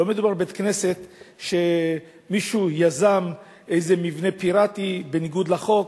לא מדובר בבית-כנסת שמישהו יזם איזה מבנה פיראטי בניגוד לחוק